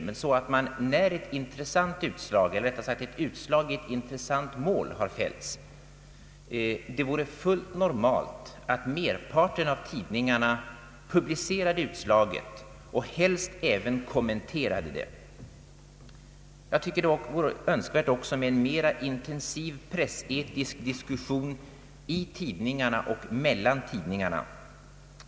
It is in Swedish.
Självfallet skall detta inte ske regelmässigt, men när utslag i ett intressant mål har fällts borde åtskilliga tidningar känna sig fria att publicera utslaget och helst även kommentera det. Jag tycker att det skulle vara önskvärt också med en mera intensiv pressetisk diskussion i tidningarna och mellan tidningarna.